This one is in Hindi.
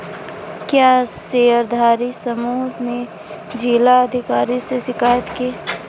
क्या शेयरधारी समूह ने जिला अधिकारी से शिकायत की?